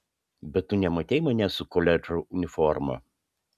bet tu nematei manęs su koledžo uniforma